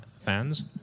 fans